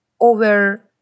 over